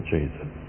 Jesus